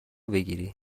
بگیری